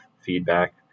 feedback